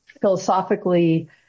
philosophically